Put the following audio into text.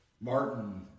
Martin